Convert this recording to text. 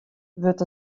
wurdt